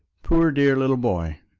poor dear little boy.